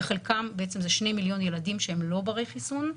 בחלקם זה 2 מיליון ילדים שהם לא ברי חיסון.